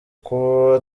kuba